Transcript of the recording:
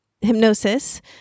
hypnosis